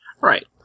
Right